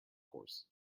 course